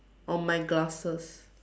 on my glasses